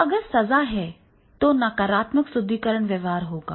तो अगर सजा है तो नकारात्मक सुदृढीकरण व्यवहार होगा